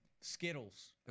Skittles